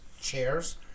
chairs